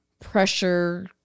pressure